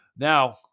Now